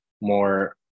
more